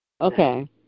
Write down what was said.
Okay